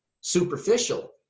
superficial